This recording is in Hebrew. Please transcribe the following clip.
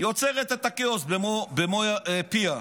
יוצרת את הכאוס במו פיה.